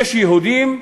יש יהודים,